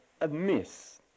amiss